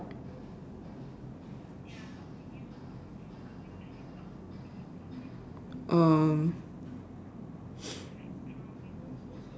um